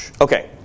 Okay